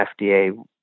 FDA